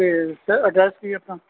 ਅਤੇ sir address ਕੀ ਆਪਣਾ